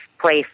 place